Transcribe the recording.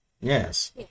Yes